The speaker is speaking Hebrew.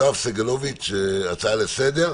יואב סגלוביץ', הצעה לסדר.